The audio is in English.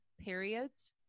periods